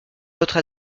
votre